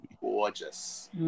Gorgeous